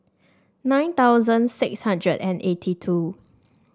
nine thousand six hundred and eighty two